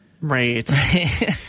Right